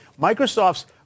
Microsoft's